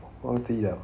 忘记 liao